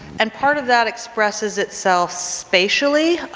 and part of that expresses itself spatially,